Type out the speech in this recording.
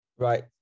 Right